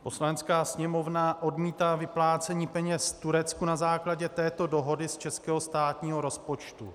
Poslanecká sněmovna odmítá vyplácení peněz Turecku na základě této dohody z českého státního rozpočtu.